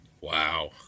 wow